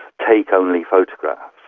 take only photographs'.